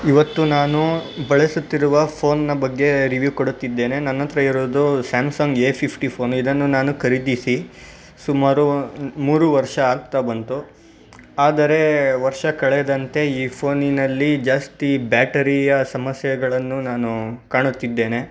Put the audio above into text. ಇವತ್ತು ನಾನು ಬಳಸುತ್ತಿರುವ ಫೋನ್ನ ಬಗ್ಗೆ ರಿವ್ಯೂ ಕೊಡುತ್ತಿದ್ದೇನೆ ನನ್ನ ಹತ್ರ ಇರೋದು ಸ್ಯಾಮ್ಸಂಗ್ ಎ ಫಿಫ್ಟಿ ಫೋನ್ ಇದನ್ನು ನಾನು ಖರೀದಿಸಿ ಸುಮಾರು ಮೂರು ವರ್ಷ ಆಗ್ತಾ ಬಂತು ಆದರೇ ವರ್ಷ ಕಳೆದಂತೆ ಈ ಫೋನಿನಲ್ಲಿ ಜಾಸ್ತಿ ಬ್ಯಾಟರೀಯ ಸಮಸ್ಯೆಗಳನ್ನು ನಾನು ಕಾಣುತ್ತಿದ್ದೇನೆ